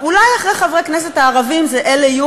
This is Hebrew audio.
אולי אחרי חברי הכנסת הערבים אלה יהיו